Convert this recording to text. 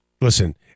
Listen